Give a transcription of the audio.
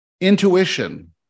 Intuition